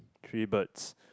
three birds